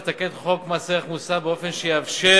לתקן את חוק מס ערך מוסף באופן שיאפשר,